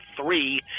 three